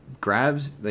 Grabs